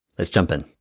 let's jump in.